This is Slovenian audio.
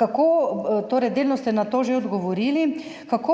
Kako